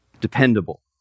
dependable